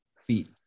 feet